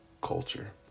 culture